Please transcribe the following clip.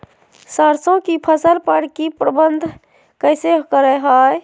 सरसों की फसल पर की प्रबंधन कैसे करें हैय?